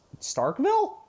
Starkville